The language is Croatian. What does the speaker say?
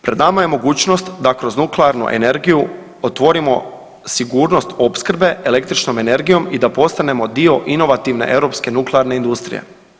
Pred nama je mogućnost da kroz nuklearnu energiju otvorimo sigurnost opskrbe električnom energijom i da postanemo dio inovativne europske nuklearne industrije.